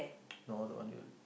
no the one you